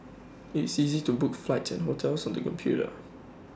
IT is easy to book flights and hotels on the computer